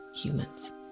humans